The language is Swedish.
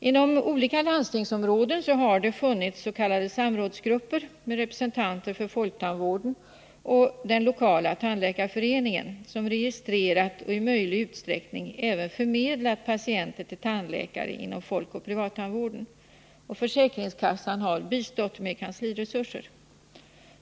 Inom olika landstingsområden har det funnits s.k. samrådsgrupper — med representanter för folktandvården och den lokala tandläkarföreningen — som registrerat och i möjlig utsträckning även förmedlat patienter till tandläkare inom folkoch privattandvården. Försäkringskassan har bistått med kansliresurser.